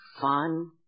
fun